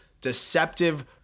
deceptive